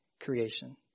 creation